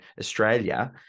Australia